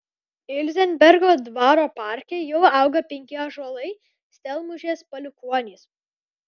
ilzenbergo dvaro parke jau auga penki ąžuolai stelmužės palikuonys